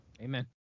Amen